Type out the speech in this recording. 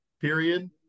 period